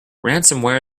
ransomware